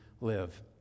live